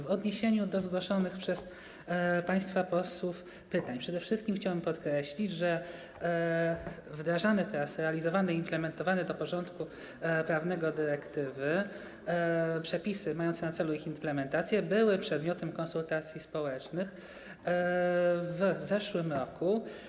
W odniesieniu do zgłoszonych przez państwa posłów pytań chciałbym przede wszystkim podkreślić, że wdrażane, realizowane i implementowane do porządku prawnego dyrektywy przepisy mające na celu ich implementację były przedmiotem konsultacji społecznych w zeszłym roku.